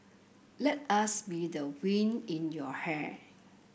let us be the wind in your hair